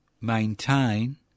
maintain